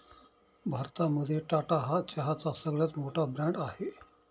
भारतामध्ये टाटा हा चहाचा सगळ्यात मोठा ब्रँड आहे